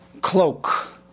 cloak